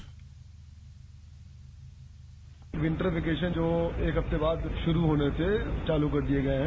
bite winter vacation जो एक हफ्ते बाद शुरू होने थे चालू कर दिये गये हैं